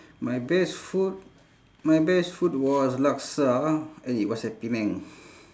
my best food my best food was laksa and it was at penang